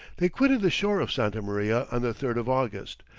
they quitted the shore of santa maria on the third of august.